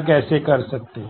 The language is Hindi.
कर सकते हैं